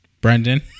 Brendan